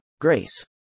Grace